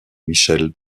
michel